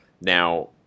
Now